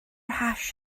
hash